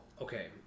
okay